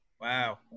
Wow